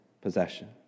possession